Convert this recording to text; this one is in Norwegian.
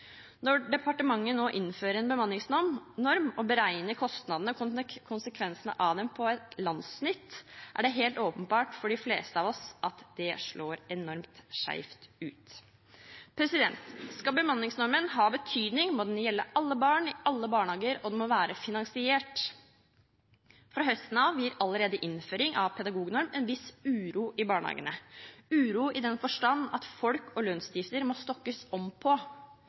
Når departementet nå innfører en bemanningsnorm, og beregner kostnadene og konsekvensene av dem på et landssnitt, er det helt åpenbart for de fleste av oss at det slår enormt skjevt ut. Skal bemanningsnormen ha betydning, må den gjelde alle barn i alle barnehager, og den må være finansiert. Fra høsten av gir allerede innføring av pedagognorm en viss uro i barnehagene, uro i den forstand at folk og lønnsutgifter må stokkes om på.